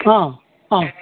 अँ अँ